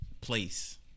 place